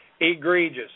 egregious